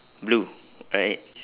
blue right